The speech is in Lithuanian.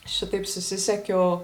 šitaip susisiekiau